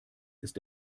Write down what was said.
ist